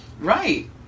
Right